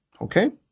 Okay